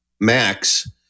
Max